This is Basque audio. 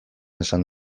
esan